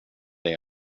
dig